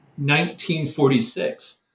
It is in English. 1946